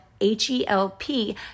h-e-l-p